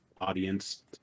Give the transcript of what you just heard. audience